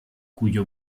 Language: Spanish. cuyo